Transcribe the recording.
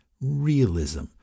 realism